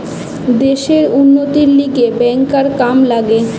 দ্যাশের উন্নতির লিগে ব্যাংকার কাম লাগে